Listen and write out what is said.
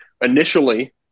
initially